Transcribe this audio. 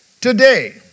today